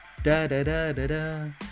Da-da-da-da-da